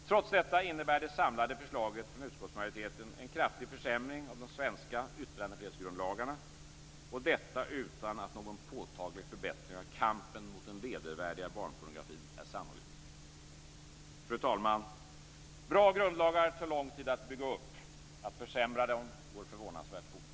Trots detta innebär det samlade förslaget från utskottsmajoriteten en kraftig försämring av de svenska yttrandefrihetsgrundlagarna, och detta utan att någon påtaglig förbättring av kampen mot den vedervärdiga barnpornografin är sannolik. Fru talman! Bra grundlagar tar lång tid att bygga upp. Att försämra dem går förvånansvärt fort.